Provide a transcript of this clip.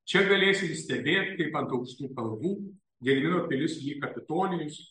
čia galės stebėt kaip ant aukštų kalvų gedimino pilis lyg kapitolijus